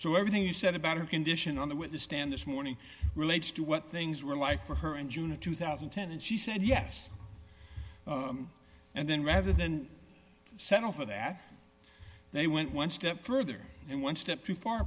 so everything you said about her condition on the witness stand this morning relates to what things were like for her in june of two thousand and ten and she said yes and then rather than settle for that they went one step further and one step too far